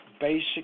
basic